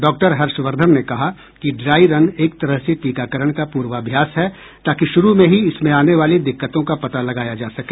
doctor Harshvardhan ने कहा कि ड्राई रन एक तरह से टीकाकरण का पूर्वाभ्यास है ताकि शुरू में ही इसमें आने वाली दिक्कतों का पता लगाया जा सके